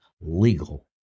legal